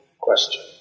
question